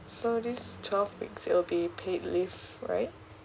so this twelve weeks it will be paid leave right